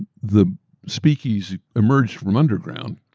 the speakeasies emerged from underground,